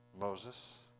Moses